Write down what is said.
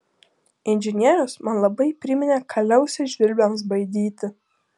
inžinierius man labai priminė kaliausę žvirbliams baidyti